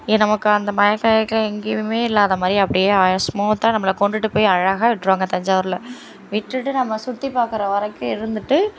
எ நமக்கு அந்த மயக்கம் கியக்கம் எங்கேயுமே இல்லாத மாதிரி அப்படியே ஸ்மூத்தாக நம்மளை கொண்டுட்டு போய் அழகாக விட்டுருவாங்க தஞ்சாவூரில் விட்டுட்டு நம்ம சுற்றி பார்க்குற வரைக்கும் இருந்துட்டு